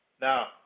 Now